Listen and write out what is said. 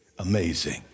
Amazing